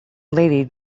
lady